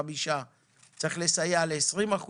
צריך לסייע לרף של 20%,